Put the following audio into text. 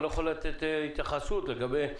אני לא יכול לתת התייחסות לגבי ניסיון,